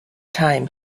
time